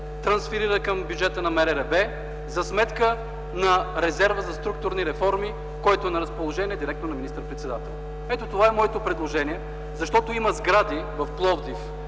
трансферира към бюджета на МРРБ за сметка на резерва за структурни реформи, който е на разположение директно на министър-председателя. Това е моето предложение, защото има сгради в Пловдив,